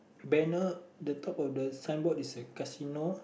banner the top of the signboard is the casino